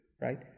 right